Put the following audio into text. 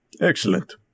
Excellent